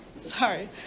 Sorry